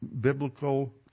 biblical